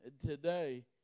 today